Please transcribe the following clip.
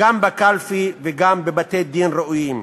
גם בקלפי וגם בבתי-דין ראויים.